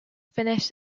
finish